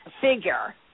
figure